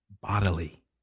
bodily